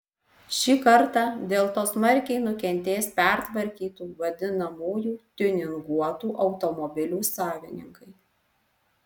šį kartą dėl to smarkiai nukentės pertvarkytų vadinamųjų tiuninguotų automobilių savininkai